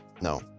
No